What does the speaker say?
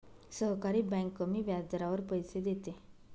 सहकारी बँक कमी व्याजदरावर पैसे देते